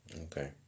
Okay